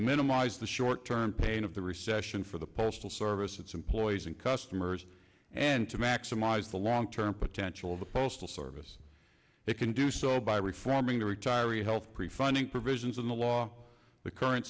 minimize the short term pain of the recession for the postal service its employees and customers and to maximize the long term potential of the postal service they can do so by reforming the retiree health prefunding provisions in the law the current